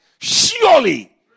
surely